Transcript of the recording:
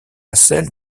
celle